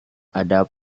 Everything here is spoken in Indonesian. ada